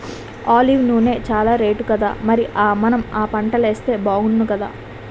olive నూనె చానా రేటుకదా మరి మనం ఆ పంటలేస్తే బాగుణ్ణుకదా